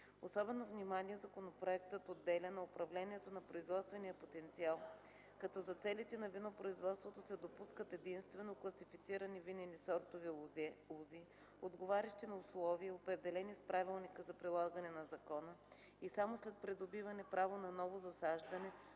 Особено внимание законопроектът отделя на управлението на производствения потенциал, като за целите на винопроизводството се допускат единствено класифицирани винени сортове лози, отговарящи на условия, определени с правилника за прилагане на закона, и само след придобиване право на ново засаждане,